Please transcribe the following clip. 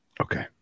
okay